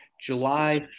July